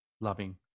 loving